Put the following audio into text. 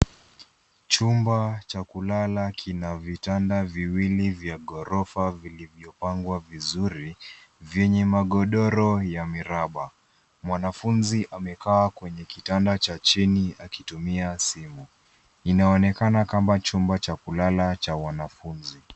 Chumba, cha kulala, kina vitanda viwili vya ghorofa vilivyopangwa vizuri, venye magodoro ya miraba. Mwanafunzi amekaa kwenye kitanda cha chini akitumia simu. Inaonekana kama chumba cha kulala cha wanafunzi.